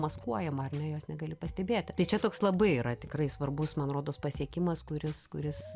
maskuojama ar ne jos negali pastebėti tai čia toks labai yra tikrai svarbus man rodos pasiekimas kuris kuris